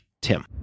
Tim